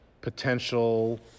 potential